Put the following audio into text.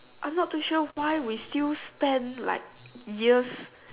I'm not too sure why we still spend like years